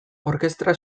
orkestra